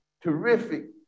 terrific